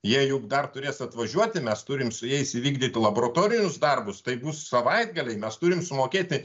jie juk dar turės atvažiuoti mes turim su jais įvykdyti laboratorinius darbus tai bus savaitgaliai mes turim sumokėti